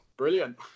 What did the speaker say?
Brilliant